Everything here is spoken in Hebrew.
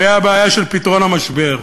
והיא הבעיה של פתרון המשבר.